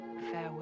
farewell